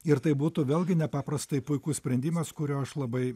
ir tai būtų vėlgi nepaprastai puikus sprendimas kurio aš labai